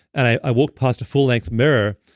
and i walked past a full length mirror,